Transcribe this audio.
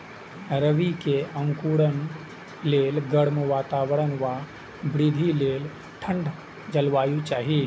रबी के अंकुरण लेल गर्म वातावरण आ वृद्धि लेल ठंढ जलवायु चाही